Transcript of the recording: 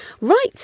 Right